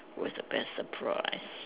what is the best surprise